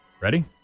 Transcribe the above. Ready